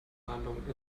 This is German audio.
verhandlungen